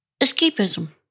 escapism